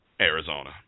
Arizona